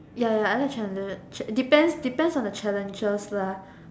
ya ya I like challenges depends depends on the challenges lah